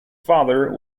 father